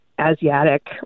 Asiatic